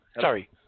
Sorry